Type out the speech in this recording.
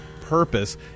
Purpose